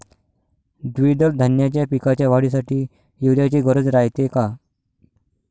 द्विदल धान्याच्या पिकाच्या वाढीसाठी यूरिया ची गरज रायते का?